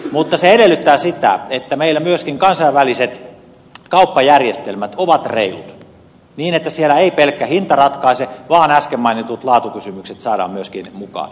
mutta ne edellyttävät sitä että meillä myöskin kansainväliset kauppajärjestelmät ovat reilut niin että siellä ei pelkkä hinta ratkaise vaan äsken mainitut laatukysymykset saadaan myöskin mukaan